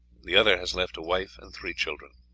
the other has left a wife and three children.